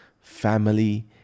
family